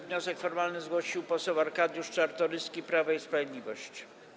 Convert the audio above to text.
Wniosek formalny zgłosił poseł Arkadiusz Czartoryski, Prawo i Sprawiedliwość.